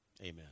Amen